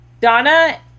Donna